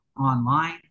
online